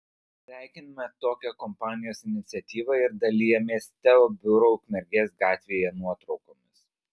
sveikiname tokią kompanijos iniciatyvą ir dalijamės teo biuro ukmergės gatvėje nuotraukomis